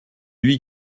lui